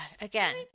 Again